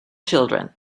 children